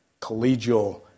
collegial